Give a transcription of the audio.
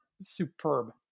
superb